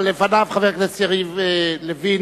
אבל לפניו, חבר הכנסת יריב לוין,